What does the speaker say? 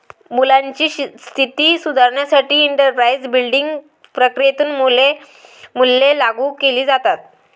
महिलांची स्थिती सुधारण्यासाठी एंटरप्राइझ बिल्डिंग प्रक्रियेतून मूल्ये लागू केली जातात